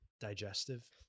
Digestive